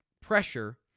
pressure